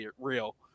real